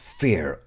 fear